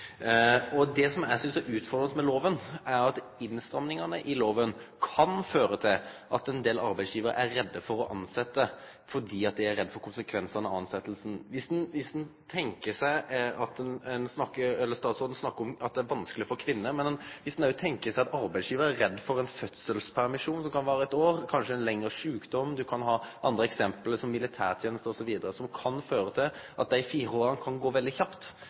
Det som eg synest er utfordrande med loven, er at innstramminga i loven kan føre til at ein del arbeidsgivarar er redde for å tilsette, fordi dei er redde for konsekvensane av tilsettinga. Statsråden snakka om at det er vanskeleg for kvinner, men ein kan òg tenkje seg at arbeidsgivar er redd for at ein fødselspermisjon, som kan vare eit år, kanskje ein lengre sjukdom, og ein kan ta andre eksempel, som militærteneste, osv., kan føre til at dei fire åra går veldig kjapt,